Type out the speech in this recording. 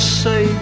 say